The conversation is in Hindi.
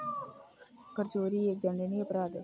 कर चोरी एक दंडनीय अपराध है